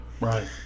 Right